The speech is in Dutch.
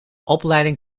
opleiding